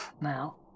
now